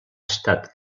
estat